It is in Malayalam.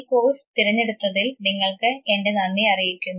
ഈ കോഴ്സ് തിരഞ്ഞെടുത്തതിൽ നിങ്ങൾക്ക് എൻറെ നന്ദി അറിയിക്കുന്നു